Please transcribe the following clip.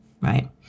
right